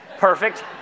Perfect